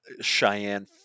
Cheyenne